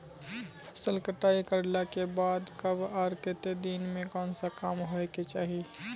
फसल कटाई करला के बाद कब आर केते दिन में कोन सा काम होय के चाहिए?